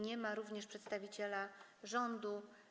Nie ma również przedstawiciela rządu.